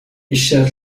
اشترت